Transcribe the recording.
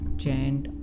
chant